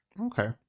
Okay